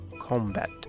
Combat